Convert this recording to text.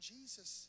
Jesus